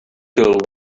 till